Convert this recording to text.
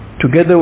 Together